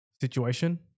situation